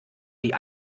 die